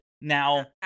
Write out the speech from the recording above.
Now